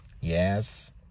Yes